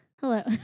Hello